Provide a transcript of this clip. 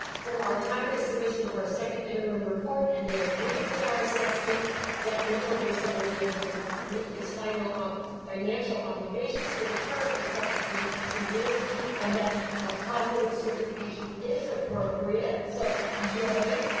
for our timely submission of our second interim report and they agreed with our assessment that newport-mesa will be able to meet its final, financial obligations for the current and subsequent two years and that a positive certification is appropriate, so, yay,